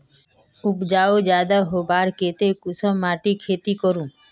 उपजाऊ ज्यादा होबार केते कुन माटित खेती करूम?